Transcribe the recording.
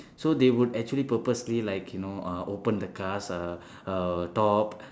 so they would actually purposely like you know uh open the cars uh uh top